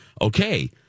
okay